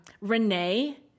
Renee